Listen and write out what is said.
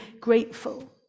grateful